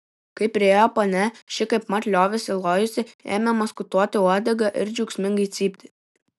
kai priėjo ponia ši kaipmat liovėsi lojusi ėmė maskatuoti uodegą ir džiaugsmingai cypti